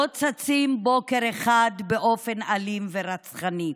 לא צצים בוקר אחד באופן אלים ורצחני.